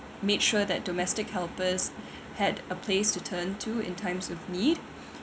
made sure that domestic helpers had a place to turn to in times of need